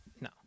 No